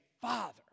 father